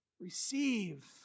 receive